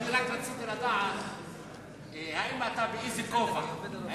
אני רק רציתי לדעת באיזה כובע אתה,